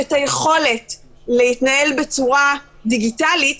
כמות ההדבקות שיש לנו בתעשייה היא פחות משליש מאשר בציבור הרחב.